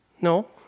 No